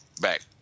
back